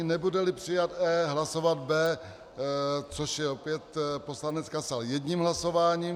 Nebudeli přijat E, hlasovat B, což je opět poslanec Kasal, jedním hlasováním.